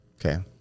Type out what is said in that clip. Okay